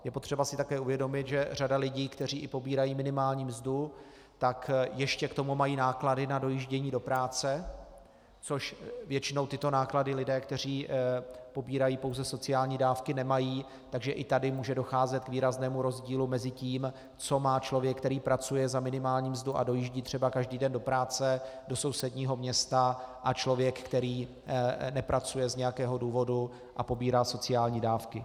Je potřeba si také uvědomit, že řada lidí, kteří i pobírají minimální mzdu, ještě k tomu mají náklady na dojíždění do práce, což většinou tyto náklady lidé, kteří pobírají pouze sociální dávky, nemají, takže i tady může docházet k výraznému rozdílu mezi tím, co má člověk, který pracuje za minimální mzdu a dojíždí třeba každý den do práce do sousedního města, a člověk, který nepracuje z nějakého důvodu a pobírá sociální dávky.